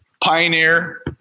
Pioneer